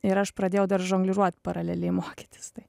ir aš pradėjau dar žongliruot paraleliai mokytis tai